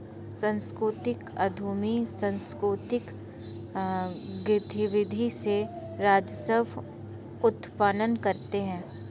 सांस्कृतिक उद्यमी सांकृतिक गतिविधि से राजस्व उत्पन्न करते हैं